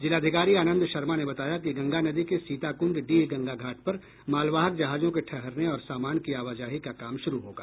जिलाधिकारी आनंद शर्मा ने बताया कि गंगा नदी के सीताकृंड डीह गंगा घाट पर मालवाहक जहाजों के ठहरने और सामान की आवाजाही का काम शुरू होगा